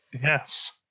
Yes